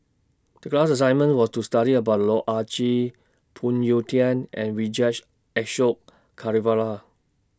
The class assignment was to study about Loh Ah Chee Phoon Yew Tien and Vijesh Ashok Ghariwala